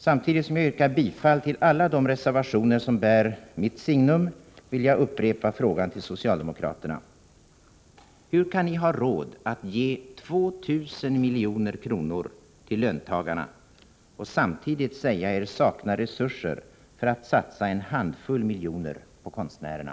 Samtidigt som jag yrkar bifall till alla de reservationer som bär mitt signum vill jag upprepa frågan till socialdemokraterna: Hur kan ni ha råd att ge 2 000 milj.kr. till löntagarna och samtidigt säga er sakna resurser för att satsa en handfull miljoner på konstnärerna?